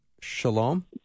Shalom